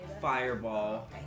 fireball